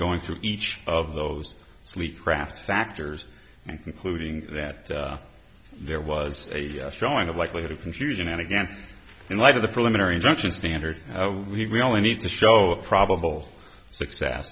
going through each of those sleep craft factors including that there was a showing of likelihood of confusion and again in light of the preliminary injunction standard we really need to show a probable success